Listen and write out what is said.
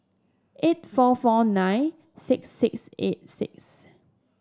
eight four four nine six six eight six